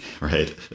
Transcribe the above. Right